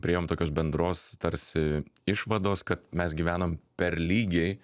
priėjom tokios bendros tarsi išvados kad mes gyvenam per lygiai